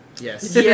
Yes